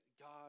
God